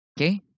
Okay